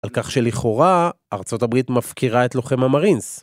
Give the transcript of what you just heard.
על כך שלכאורה ארה״ב מפקירה את לוחם המרינס.